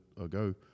ago